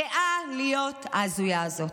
גאה להיות ההזויה הזאת.